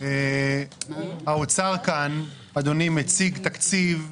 האוצר כאן מציג תקציב,